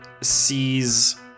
sees